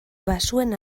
bazuen